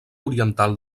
oriental